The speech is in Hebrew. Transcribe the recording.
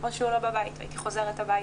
או שהוא לא בבית והייתי חוזרת הביתה.